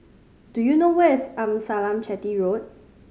do you know where is Amasalam Chetty Road